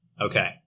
Okay